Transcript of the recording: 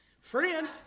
friend